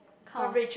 kind of